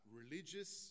religious